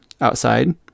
outside